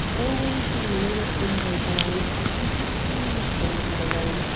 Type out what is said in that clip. owing to the lowered window-blind, he could see nothing in the room,